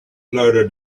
loaded